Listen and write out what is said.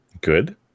Good